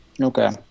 Okay